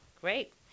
great